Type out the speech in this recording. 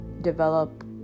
develop